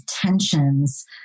tensions